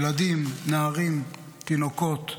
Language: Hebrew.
ילדים, נערים, תינוקות,